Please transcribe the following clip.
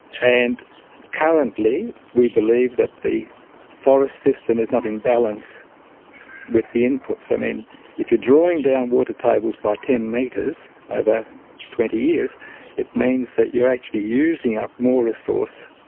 and currently we believe that the forest system is not in balance with the inputs. um if if you're drawing down water tables by ten metres over twenty years it means that you're actually using up more resource.